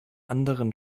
anderen